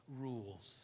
rules